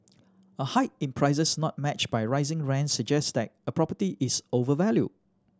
a hike in prices not matched by rising rents suggests that a property is overvalued